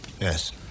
Yes